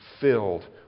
filled